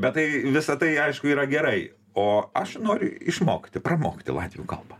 bet tai visa tai aišku yra gerai o aš noriu išmokti pramokti latvių kalbą